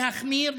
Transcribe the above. להחמיר,